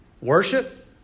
worship